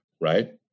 right